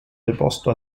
deposto